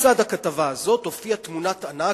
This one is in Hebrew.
ובצד הכתבה הזאת הופיעה תמונת ענק,